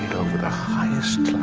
over the highest